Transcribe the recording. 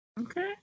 Okay